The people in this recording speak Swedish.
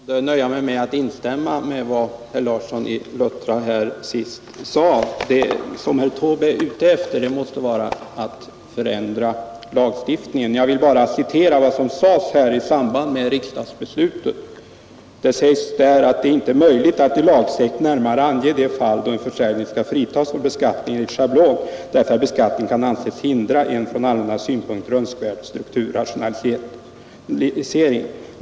Herr talman! Jag skall nöja mig med att instämma med herr Larsson i Luttra om det han senast sade. Det som herr Taube är ute efter måste vara att förändra lagstiftningen. Jag vill bara citera vad som sades i samband med riksdagsbeslutet. Där sades att det inte är möjligt att i lagtext närmare ange de fall då en försäljning skall fritas från beskattning enligt schablon. Denna beskattning kan anses hindra en från allmänna synpunkter önskvärd strukturrationalisering.